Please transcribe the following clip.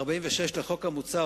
סעיף 46 לחוק המוצע,